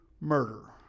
murder